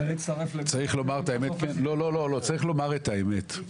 צריך לומר את האמת.